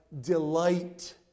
delight